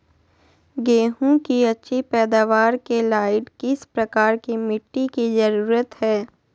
गेंहू की अच्छी पैदाबार के लाइट किस प्रकार की मिटटी की जरुरत है?